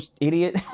idiot